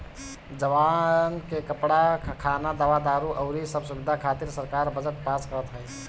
जवान के कपड़ा, खाना, दवा दारु अउरी सब सुबिधा खातिर सरकार बजट पास करत ह